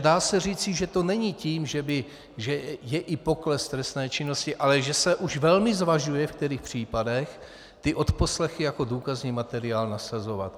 Dá se říci, že to není tím, že je i pokles trestné činnosti, ale že se už velmi zvažuje, v kterých případech odposlechy jako důkazní materiál nasazovat.